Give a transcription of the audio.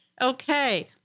Okay